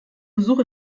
besuch